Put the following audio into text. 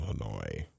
Illinois